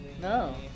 No